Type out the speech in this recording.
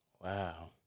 Wow